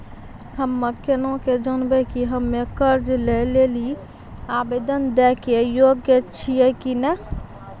हम्मे केना के जानबै कि हम्मे कर्जा लै लेली आवेदन दै के योग्य छियै कि नै?